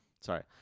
sorry